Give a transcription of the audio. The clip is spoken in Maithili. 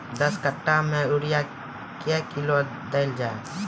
दस कट्ठा मे यूरिया क्या किलो देलो जाय?